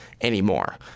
anymore